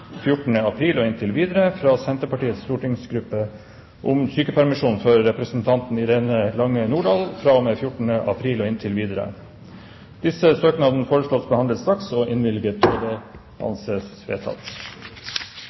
april og inntil videre fra Senterpartiets stortingsgruppe om sykepermisjon for representanten Irene Lange Nordahl fra og med 14. april og inntil videre Etter forslag fra presidenten ble enstemmig besluttet: Søknadene behandles straks og